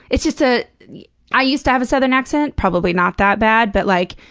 it's just a i used to have a southern accent, probably not that bad, but like,